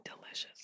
delicious